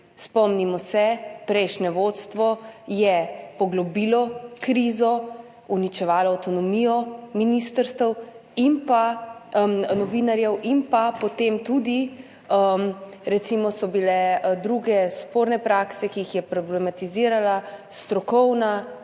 spomnimo se, prejšnje vodstvo je poglobilo krizo, uničevalo avtonomijo ministrstev in novinarjev in potem so bile tudi recimo druge sporne prakse, ki jih je problematizirala strokovna